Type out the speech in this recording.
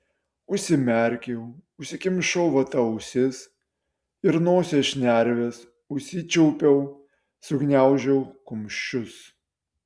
užsimerkiau užsikimšau vata ausis ir nosies šnerves užsičiaupiau sugniaužiau kumščius